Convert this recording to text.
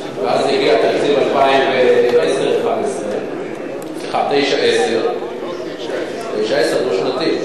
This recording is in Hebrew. הגיע תקציב 2011-2010, סליחה, 2010-2009, דו-שנתי.